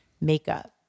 makeup